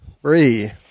Three